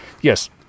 yes